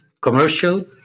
commercial